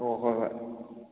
ꯑꯣ ꯍꯣꯏ ꯍꯣꯏ